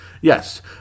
Yes